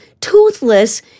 toothless